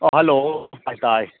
ꯑꯣ ꯍꯜꯂꯣ ꯇꯥꯏ ꯇꯥꯏ